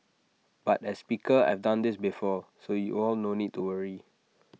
but as speaker I've done this before so you all no need to worry